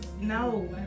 no